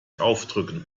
aufdrücken